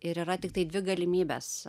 ir yra tiktai dvi galimybės